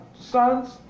sons